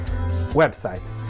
website